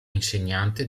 insegnante